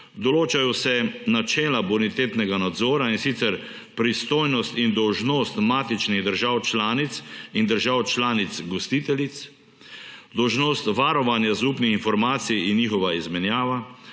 določajo se načela bonitetnega nadzora, in sicer pristojnost in dolžnost matičnih držav članic in držav članic gostiteljic; dolžnost varovanja zaupnih informacij in njihova izmenjava;